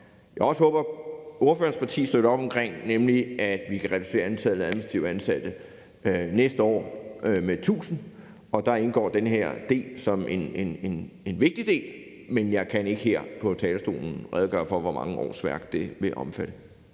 som jeg også håber ordførerens parti støtter op omkring, nemlig at vi kan reducere antallet af administrativt ansatte næste år med 1.000. Der indgår den her del som en vigtig del. Men jeg kan ikke her fra talerstolen redegøre for, hvor mange årsværk det vil omfatte.